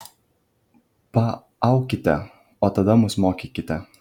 paaukite o tada mus mokykite